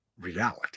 reality